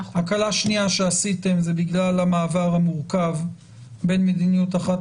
הקלה שנייה שעשיתם זה בגלל המעבר המורכב בין מדיניות אחת